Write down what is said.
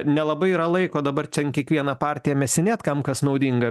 nelabai yra laiko dabar ten kiekvieną partiją mėsinėt kam kas naudinga